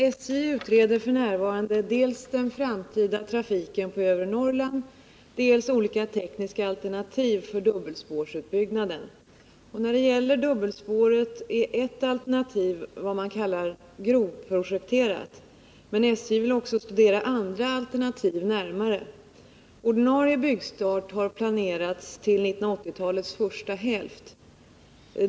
Herr talman! SJ utreder f. n. dels den framtida trafiken på övre Norrland, dels olika tekniska alternativ för dubbelspårsutbyggnaden. När det gäller dubbelspåret är ett alternativ vad man kallar grovprojekterat. Men SJ vill också studera andra alternativ närmare. Ordinarie byggstart har planerats till 1980-talets första hälft.